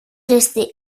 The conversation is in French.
resté